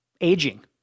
aging